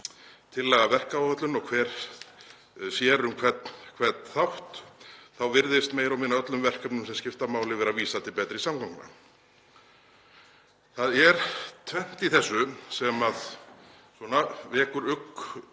tillaga að verkáætlun og hver sér um hvern þátt þá virðist meira og minna öllum verkefnum sem skipta máli vera vísað til Betri samgangna. Það er tvennt í þessu sem vekur ugg